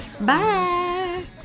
Bye